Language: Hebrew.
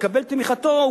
לקבל את תמיכתו,